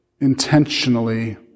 intentionally